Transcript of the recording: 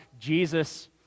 jesus